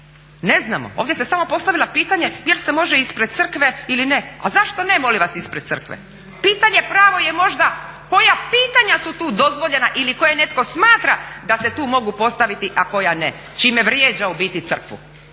Ne znamo. Ovdje se samo postavilo pitanje je li se može ispred crkve ili ne. A zašto ne molim vas ispred crkve? Pitanje pravo je možda koja pitanja su tu dozvoljena ili koja netko smatra da se tu mogu postaviti a koja ne, čime vrijeđa u biti crkvu